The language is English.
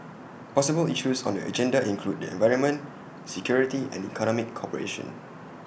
possible issues on the agenda include the environment security and economic cooperation